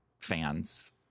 fans